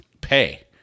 pay